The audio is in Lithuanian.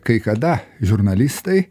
kai kada žurnalistai